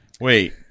Wait